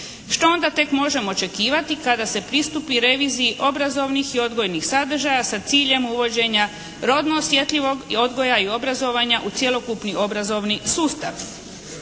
Što onda tek možemo očekivati kada se pristupi reviziji obrazovnih i odgojnih sadržaja sa ciljem uvođenja rodno osjetljivog odgoja i obrazovanja u cjelokupni obrazovni sustav.